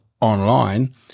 online